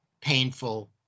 painful